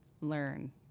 learn